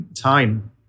time